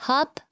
Hop